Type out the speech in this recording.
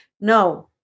no